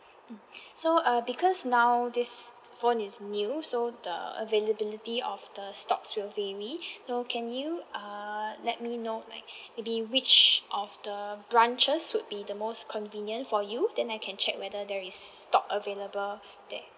mm so uh because now this phone is new so the availability of the stocks will vary so can you err let me know like maybe which of the branches would be the most convenient for you then I can check whether there is stock available there